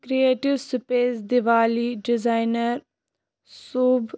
creative space Diwali designer صٲب